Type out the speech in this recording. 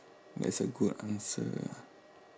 that's a good answer